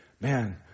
man